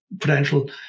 potential